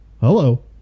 Hello